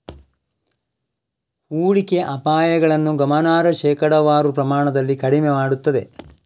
ಹೂಡಿಕೆ ಅಪಾಯಗಳನ್ನು ಗಮನಾರ್ಹ ಶೇಕಡಾವಾರು ಪ್ರಮಾಣದಲ್ಲಿ ಕಡಿಮೆ ಮಾಡುತ್ತದೆ